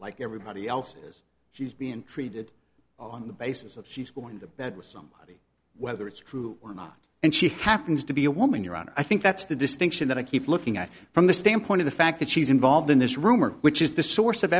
like everybody else she's been treated on the basis of she's going to that some whether it's true or not and she happens to be a woman your honor i think that's the distinction that i keep looking at from the standpoint of the fact that she's involved in this rumor which is the source of